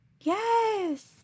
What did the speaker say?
Yes